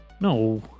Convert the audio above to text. No